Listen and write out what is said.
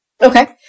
Okay